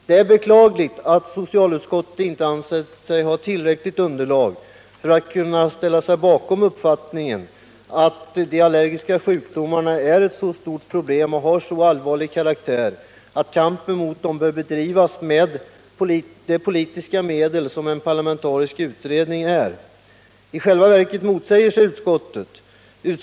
Det är beklagligt att socialutskottet inte ansett sig ha tillräckligt underlag för att ställa sig bakom uppfattningen att de allergiska sjukdomarna är ett så stort problem och har en så allvarlig karaktär att kampen mot dem bör bedrivas med det politiska medel som en parlamentarisk utredning utgör. I själva verket motsäger utskottet sig självt.